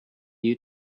you